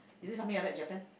is it something like that Japan